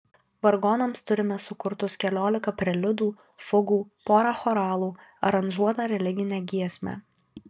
vargonams turime sukurtus keliolika preliudų fugų porą choralų aranžuotą religinę giesmę